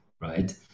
right